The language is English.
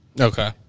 Okay